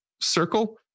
circle